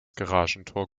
garagentor